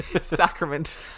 Sacrament